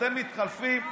כשאתם מתחלפים,